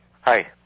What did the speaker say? Hi